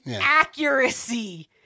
accuracy